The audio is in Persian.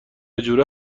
جوره